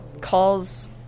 calls